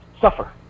suffer